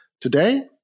Today